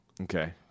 Okay